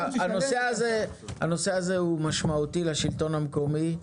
הנושא הזה הוא משמעותי לשלטון המקומי.